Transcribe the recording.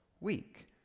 week